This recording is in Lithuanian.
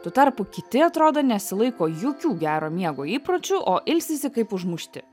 tuo tarpu kiti atrodo nesilaiko jokių gero miego įpročių o ilsisi kaip užmušti